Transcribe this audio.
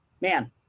Man